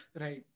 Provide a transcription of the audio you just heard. Right